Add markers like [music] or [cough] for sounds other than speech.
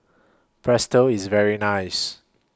[unintelligible] IS very nice